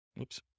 Oops